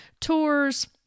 tours